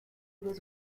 was